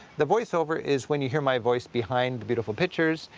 the voice-over is when you hear my voice behind the beautiful pictures,